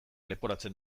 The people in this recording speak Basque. leporatzen